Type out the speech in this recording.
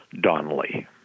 Donnelly